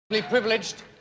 privileged